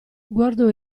guardò